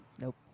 Nope